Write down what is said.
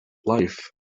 life